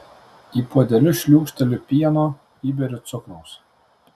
į puodelius šliūkšteliu pieno įberiu cukraus